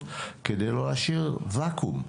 בהתנדבות כדי לא להשאיר וואקום,